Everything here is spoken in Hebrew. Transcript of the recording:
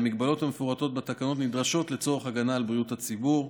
ההגבלות המפורטות בתקנות נדרשות לצורך הגנה על בריאות הציבור,